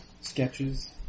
sketches